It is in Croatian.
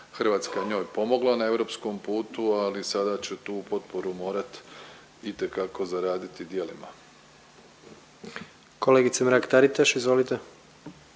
Hrvatska je njoj pomogla na europskom putu, ali sada će tu potporu morat itekako zaraditi djelima. **Jandroković, Gordan